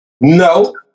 No